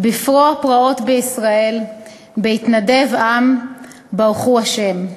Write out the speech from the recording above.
"בפרע פרעות בישראל בהתנדב עם ברכו ה'".